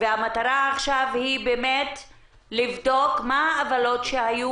ועכשיו המטרה היא לבדוק מה העוולות שהיו,